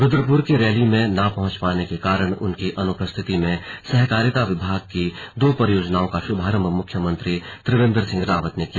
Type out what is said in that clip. रुद्रपुर की रैली में न पहुंच पाने के कारण उनकी अनुपस्थिति में सहकारिता विभाग की दो परियोजनाओं का शुभारंभ मुख्यमंत्री त्रिवेंद्र सिंह रावत ने किया